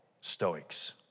Stoics